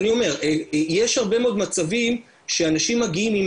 יש הרבה מאוד מצבים שאנשים מגיעים עם